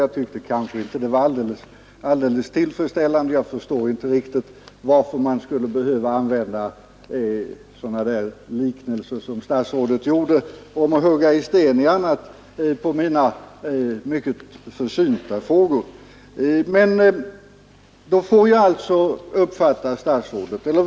Jag tyckte kanske inte det var alldeles tillfredsställande; jag förstår inte riktigt varför man skall behöva använda sådana där liknelser som statsrådet gjorde — om att hugga i sten och annat — med anledning av mina mycket försynta frågor.